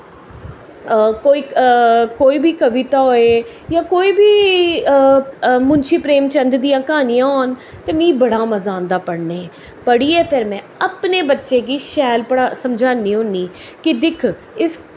कोई कोई बी कविता होऐ जां कोई बी मुंशी प्रेमचन्द दियां क्हानियां होन ते मिगी बड़ा मज़ा आंदा पढ़ने गी पढ़ियै फिर में अपने बच्चें गी शैल पढ़ा समझान्नी होन्नी कि दिक्ख इस